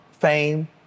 fame